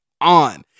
on